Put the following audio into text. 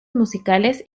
musicales